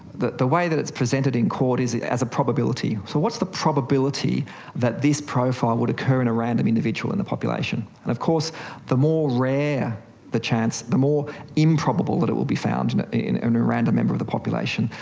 the the way that it's presented in court is as a probability. so, what's the probability that this profile would occur in a random individual in the population? and of course the more rare the chance, the more improbable that it will be found in in and a random member of the population,